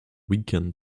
weekend